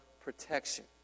protection